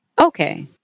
Okay